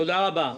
תודה רבה.